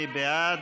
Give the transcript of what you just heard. מי בעד?